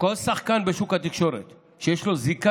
כל שחקן בשוק התקשורת שיש לו זיקה